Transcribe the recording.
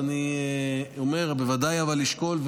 אבל אני אומר בוודאי לשקול.